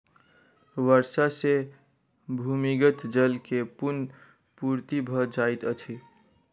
वर्षा सॅ भूमिगत जल के पुनःपूर्ति भ जाइत अछि